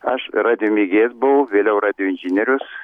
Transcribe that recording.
aš radijo megėjas buvau vėliau radijo inžinierius